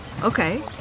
okay